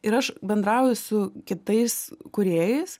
ir aš bendrauju su kitais kūrėjais